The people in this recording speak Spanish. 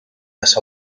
las